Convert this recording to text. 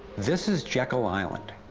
this is jekyll island,